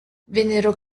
vennero